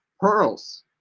pearls